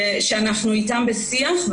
שנמצא איתנו בשיח.